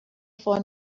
for